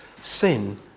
Sin